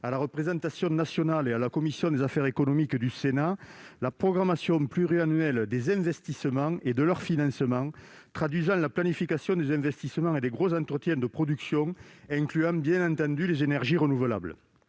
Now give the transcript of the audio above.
à la représentation nationale et à la commission des affaires économiques du Sénat la programmation pluriannuelle des investissements et de leur financement traduisant la planification des investissements et des gros entretiens de production, incluant, bien entendu, les énergies renouvelables